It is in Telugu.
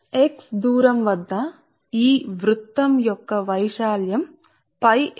కాబట్టి x దూరం వద్ద x దూరం వద్ద కొంచం చూడంది పట్టుకోండి